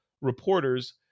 Reporters